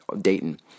Dayton